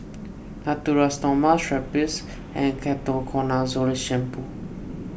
Natura Stoma Strepsils and Ketoconazole the Shampoo